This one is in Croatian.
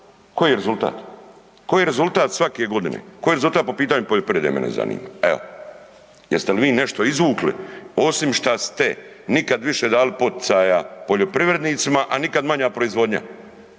Koji je rezultat? Koji je rezultat svake godine? Koji je rezultat po pitanju poljoprivrede, mene zanima. Evo. Jeste li vi nešto izvukli, osim što ste, nikad više dali poticaja poljoprivrednicima, a nikad manja proizvodnja?